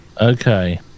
Okay